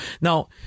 Now